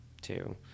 two